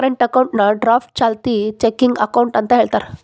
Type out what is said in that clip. current ಅಕೌಂಟ್ನಾ draft ಚಾಲ್ತಿ checking account ಅಂತ ಹೇಳ್ತಾರ